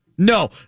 No